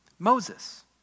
Moses